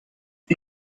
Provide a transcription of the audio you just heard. die